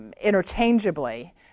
interchangeably